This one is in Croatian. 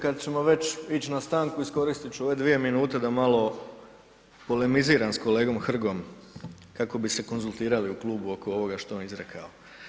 Kada ćemo već ići na stanku iskoristit ću ove dvije minute da malo polemiziram s kolegom Hrgom kako bi se konzultirali u klubu oko ovoga što je on izrekao.